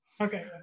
Okay